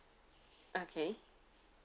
okay